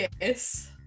Yes